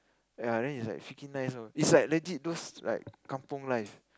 ya then is like freaking nice know is like legit those like kampung life